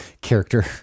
character